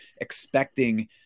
expecting